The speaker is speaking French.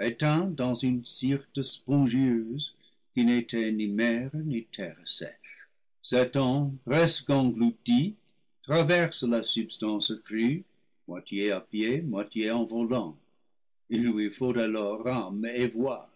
éteint dans une syrte spongieuse qui n'était ni mer ni terre sèche satan presque englouti traverse la substance crue moitié à pied moitié en volant il lui faut alors rames et voiles